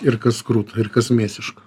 ir kas kruta ir kas mėsiška